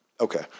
Okay